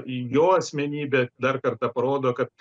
jo asmenybė dar kartą parodo kad